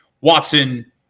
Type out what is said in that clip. Watson